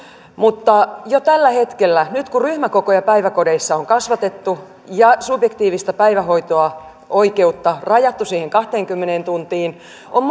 mutta jo tällä hetkellä nyt kun ryhmäkokoja päiväkodeissa on kasvatettu ja subjektiivista päivähoito oikeutta rajattu siihen kahteenkymmeneen tuntiin on